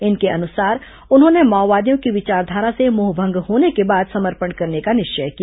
इनके अनुसार उन्होंने माओवादियों की विचारधारा से मोहभंग होने के बाद समर्पण करने का निश्चिय किया